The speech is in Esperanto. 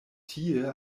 tie